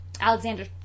Alexander